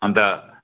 अन्त